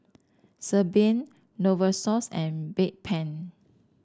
Sebamed Novosource and Bedpan